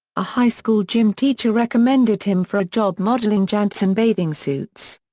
a high school gym teacher recommended him for a job modeling jantzen bathing suits.